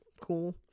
cool